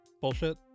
bullshit